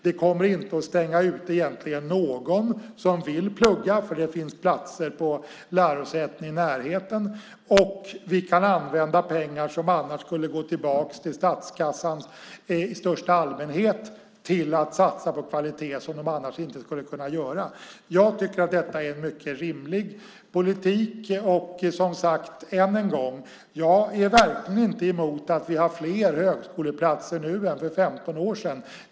Det kommer egentligen inte att stänga ute någon som vill plugga. Det finns platser på lärosäten i närheten. Vi kan använda pengar som annars skulle gå tillbaka till statskassan i största allmänhet till att satsa på kvalitet, vilket vi annars inte skulle kunna göra. Jag tycker att detta är en mycket rimlig politik. Jag vill än en gång säga att jag verkligen inte är emot att vi har fler högskoleplatser nu än för 15 år sedan.